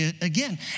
again